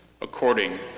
According